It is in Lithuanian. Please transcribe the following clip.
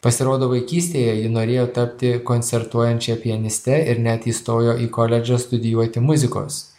pasirodo vaikystėje ji norėjo tapti koncertuojančia pianiste ir net įstojo į koledžą studijuoti muzikos